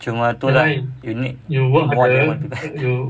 cuma itulah you need